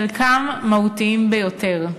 חלקם מהותיים ביותר.